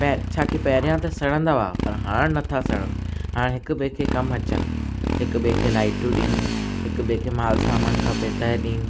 पैर छा की पहिरियां त सड़ंदा हुआ पर हाणे नथा सड़नि हाणे हिकु ॿिए खे कमु अचनि हिकु ॿिए खे लाइटियूं ॾियनि हिकु ॿिए खे मालु सामानु खपे त ॾियूं